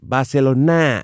Barcelona